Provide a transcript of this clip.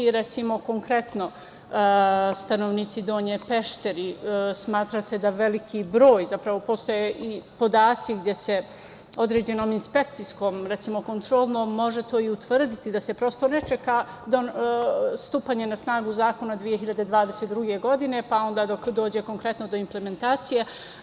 Recimo, konkretno, stanovnici Donje Pešteri smatra se da veliki broj, zapravo, postoje i podaci gde se određenom inspekcijskom kontrolom može to i utvrditi da se prosto ne čeka stupanje na snagu zakona 2022. godine, pa onda dok dođe konkretno do implementacije.